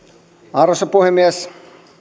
arvoisa puhemies